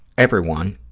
everyone,